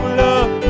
love